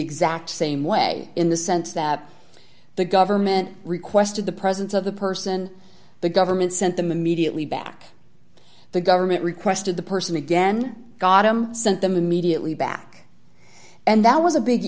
exact same way in the sense that the government requested the presence of the person the government sent them immediately back the government requested the person again got him sent them immediately back and that was a big